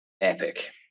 epic